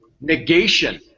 negation